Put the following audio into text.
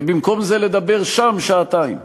ובמקום זה לדבר שם שעתיים?